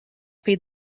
feed